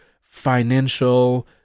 financial